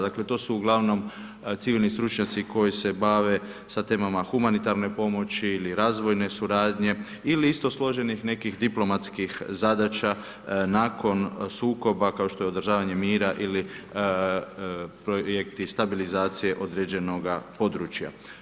Dakle, to su uglavnom civilni stručnjaci koji se bave sa temama humanitarne pomoći ili razvojne suradnje ili isto složenih nekih diplomatskih zadaća nakon sukoba, kao što je održavanje mira ili projekti stabilizacije određenoga područja.